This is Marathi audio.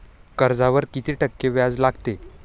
कर्जावर किती टक्के व्याज लागते?